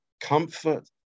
comfort